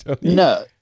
No